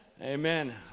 Amen